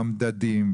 במדדים,